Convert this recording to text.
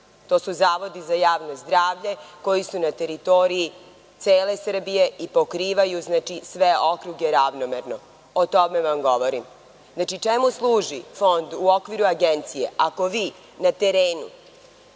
To su zavodi za javno zdravlje koji su na teritoriji cele Srbije i pokrivaju sve okruge ravnomerno. O tome vam govorim. Čemu služi Fond u okviru Agencije ako vi na terenu